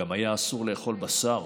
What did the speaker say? היה אסור לאכול בשר.